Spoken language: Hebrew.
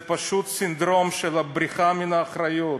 זה פשוט סינדרום של בריחה מאחריות.